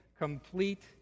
complete